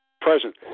present